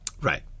right